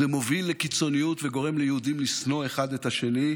זה מוביל לקיצוניות וגורם ליהודים לשנוא אחד את השני.